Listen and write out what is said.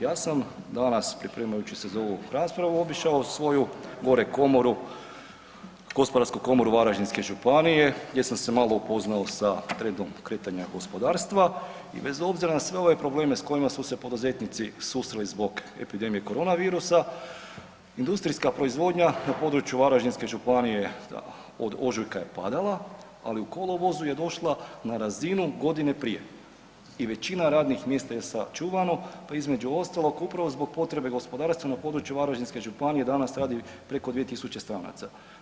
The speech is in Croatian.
Ja sam danas pripremajući se za ovu raspravu obišao svoju gore komoru, Gospodarsku komoru Varaždinske županije gdje sam se malo upoznao sa trendom kretanja gospodarstva i bez obzira na sve ove probleme s kojima su se poduzetnici susreli zbog epidemije koronavirusa, industrijska proizvodnja na području Varaždinske županije od ožujka je padala, ali u kolovozu je došla na razinu godine prije i većina radnih mjesta je sačuvano, pa između ostalog upravo zbog potrebe gospodarstva na području Varaždinske županije danas radi preko 2000 stranaca.